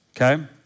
okay